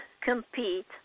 compete